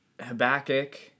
Habakkuk